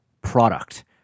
product